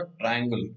triangle